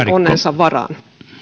onnensa varaan